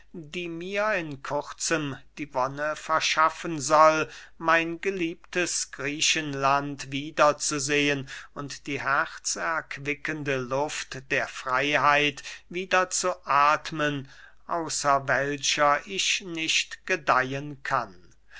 die mir in kurzem die wonne verschaffen soll mein geliebtes griechenland wieder zu sehen und die herzerquickende luft der freyheit wieder zu athmen außer welcher ich nicht gedeihen kann